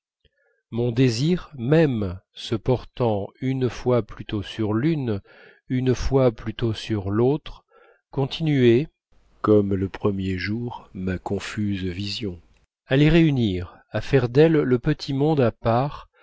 mon désir même se portant une fois plutôt sur l'une une fois plutôt sur l'autre continuait comme le premier jour ma confuse vision à les réunir à faire d'elles le petit monde à part